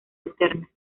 alterna